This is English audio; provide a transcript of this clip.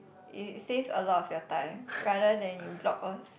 it saves a lot of your time rather than you block us